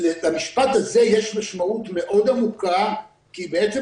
למשפט הזה יש משמעות מאוד עמוקה כי זה אומר שבעצם